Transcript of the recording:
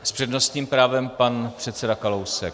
S přednostním právem pan předseda Kalousek.